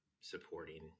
supporting